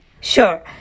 Sure